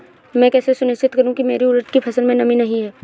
मैं कैसे सुनिश्चित करूँ की मेरी उड़द की फसल में नमी नहीं है?